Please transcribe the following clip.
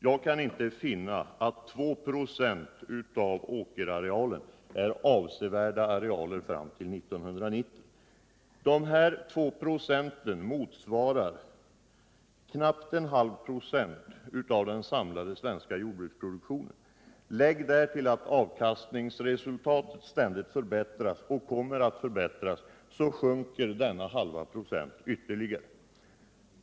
Jag kan inte finna att 2 25 av åkerarealen är avsevärda arealer fram till 1990. De här två procenten motsvarar knappt en halv procent av den samlade svenska jordbruksproduktionen. Lägg därtill att om avkastningsresultatet ständigt förbättras så sjunker denna halva procent ytterligare.